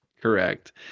correct